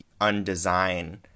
undesign